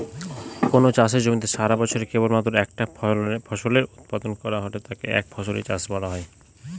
কোনো চাষের জমিতে সারাবছরে কেবলমাত্র একটা ফসলের উৎপাদন করা হলে তাকে একফসলি চাষ বলা হয়